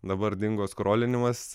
dabar dingo skrolinimas